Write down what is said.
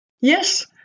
Yes